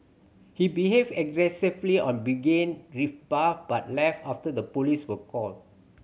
he behaved aggressively on being rebuffed but left after the police were called